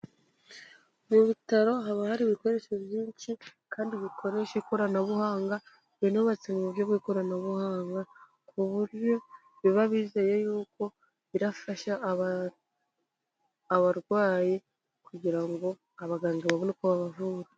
Mu bitaro haba hari ibikoresho byinshi kandi bikoresha ikoranabuhanga binubatse mu buryo bw'ikoranabuhanga ku buryo biba bizeye yuko birafasha abarwayi kugira ngo abaganga babone uko babavura.